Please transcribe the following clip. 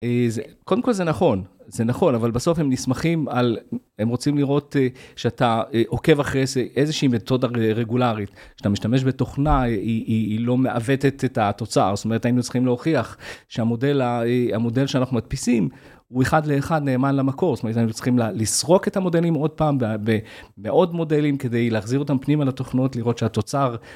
קודם כל זה נכון, זה נכון, אבל בסוף הם נסמכים על, הם רוצים לראות שאתה עוקב אחרי איזושהי מתודה רגולרית, כשאתה משתמש בתוכנה, היא לא מעוותת את התוצר, זאת אומרת, היינו צריכים להוכיח שהמודל שאנחנו מדפיסים הוא אחד לאחד נאמן למקור, זאת אומרת, היינו צריכים לסרוק את המודלים עוד פעם ועוד מודלים, כדי להחזיר אותם פנימה לתוכנות, לראות שהתוצר...